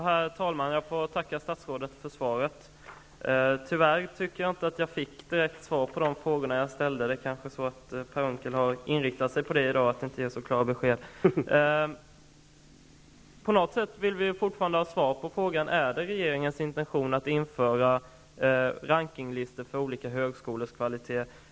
Herr talman! Jag får tacka statsrådet för svaret. Tyvärr tycker jag inte att jag fick ett direkt svar på den fråga jag ställde. Det är kanske så att Per Unckel i dag har inriktat sig på att inte ge så klara besked. Vi vill fortfarande på något sätt ha svar: Är det regeringens intention att införa rankinglistor för olika högskolors kvalitet?